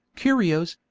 curios,